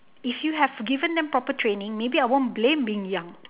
if you have given them proper training maybe I won't blame being young